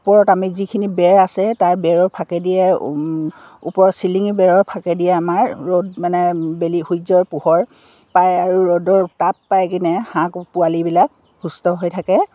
ওপৰত আমি যিখিনি বেৰ আছে তাৰ বেৰৰ ফাকেদিয়ে ওপৰত চিলিঙি বেৰৰ ফাকেদিয়ে আমাৰ ৰ'দ মানে বেলি সূৰ্যৰ পোহৰ পায় আৰু ৰ'দৰ টাপ পায় কিনে হাঁহ পোৱালিবিলাক সুস্থ হৈ থাকে